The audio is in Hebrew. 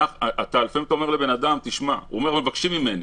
לפעמים הבן אדם אומר "מבקשים ממני".